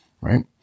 right